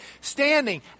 standing